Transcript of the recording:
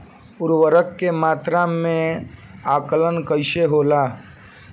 उर्वरक के मात्रा में आकलन कईसे होला?